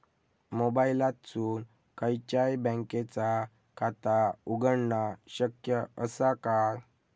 मोबाईलातसून खयच्याई बँकेचा खाता उघडणा शक्य असा काय?